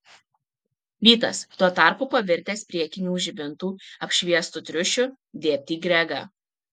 vytas tuo tarpu pavirtęs priekinių žibintų apšviestu triušiu dėbt į gregą